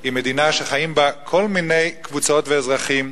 היא מדינה שחיות בה כל מיני קבוצות אזרחים,